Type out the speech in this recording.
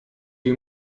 you